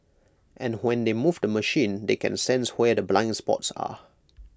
and when they move the machine they can sense where the blind spots are